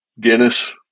Guinness